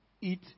eat